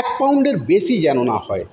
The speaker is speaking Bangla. এক পাউন্ডের বেশি যেন না হয়